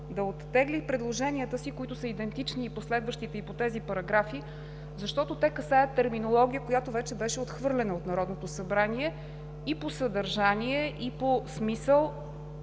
да оттегли предложенията си, които са идентични по следващите, и по тези параграфи, защото те касаят терминология, която вече беше отхвърлена от Народното събрание и по съдържание, и по смисъл.